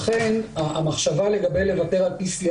לכן המחשבה לגבי ויתור על PCR